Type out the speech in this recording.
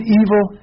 evil